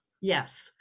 yes